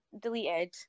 deleted